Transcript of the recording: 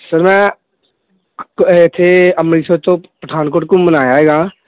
sir ਮੈਂ ਇੱਥੇ ਅੰਮ੍ਰਿਤਸਰ ਤੋਂ ਪਠਾਨਕੋਟ ਘੁੰਮਣ ਆਇਆ ਹੈਗਾ